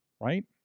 right